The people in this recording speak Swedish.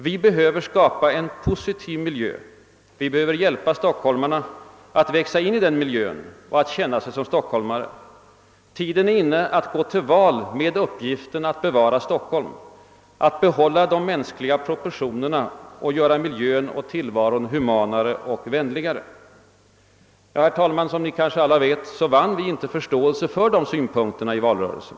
Vi behöver skapa en positiv miljö och vi behöver hjälpa stockholmarna att växa in i den miljön och att känna sig som stockholmare. Tiden är inne att gå till val med uppgiften att bevara Stockholm, att behålla de mänskliga proportionerna och göra miljön och tillvaron humanare och vänligare.» Herr talman! Som alla vet vann vi inte förståelse för de synpunkterna i valrörelsen.